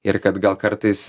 ir kad gal kartais